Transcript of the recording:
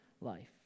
life